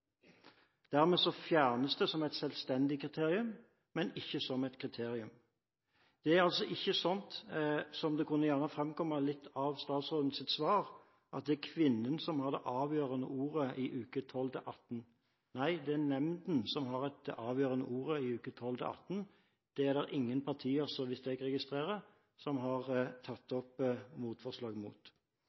Dermed fjernes det som et selvstendig kriterium, men ikke som et kriterium. Det er altså ikke slik det kunne framstå av statsrådens svar, at det er kvinnen som har det avgjørende ordet i uke 12–18. Nei, det er nemnden som har det avgjørende ordet i uke 12–18. Det er det ingen partier – så vidt jeg registrerer – som har tatt opp motforslag mot.